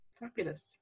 Fabulous